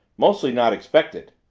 mostly not expected.